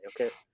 okay